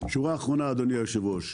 שורה אחרונה, אדוני היו"ר,